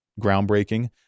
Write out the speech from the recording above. groundbreaking